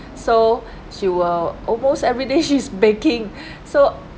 so she will almost everyday she's baking so